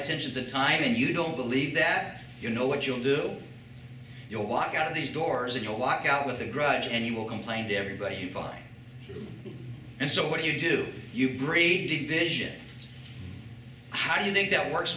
attention that time and you don't believe that you know what you'll do you'll walk out of these doors a go walk out with a grudge and you will complain to everybody you find and so what do you do you great division how do you think that works